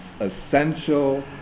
essential